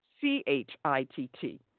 C-H-I-T-T